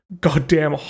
Goddamn